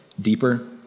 deeper